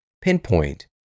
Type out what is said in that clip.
pinpoint